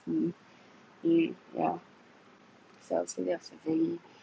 mm mm yeah